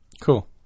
Cool